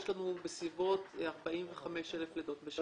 יש לנו בסביבות 45,000 לידות בשנה.